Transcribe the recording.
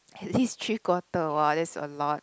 at least three quarter !wah! that's a lot